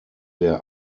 der